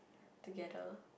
together